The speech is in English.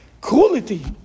cruelty